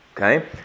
Okay